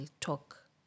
talk